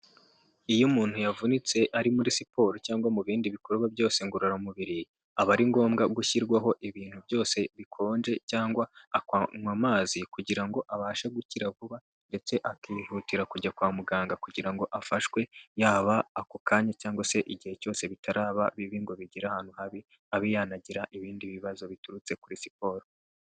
Iyo umuntu yavunitse ari muri siporo cyangwa mu bindi bikorwa byose ngororamubiri aba ari ngombwa gushyirwaho ibintu byose bikonje cyangwa akanywa amazi kugirango abashe gukira vuba ndetse akihutira kujya kwa muganga kugira ngo afashwe, yaba ako kanya cyangwa se igihe cyose bitaraba bibi ngo bigire ahantu habi abe yanagira ibindi bibazo biturutse kuri siporo.